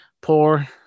poor